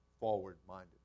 forward-minded